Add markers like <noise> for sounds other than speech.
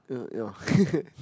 uh yeah <laughs>